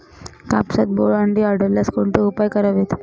कापसात बोंडअळी आढळल्यास कोणते उपाय करावेत?